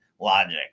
logic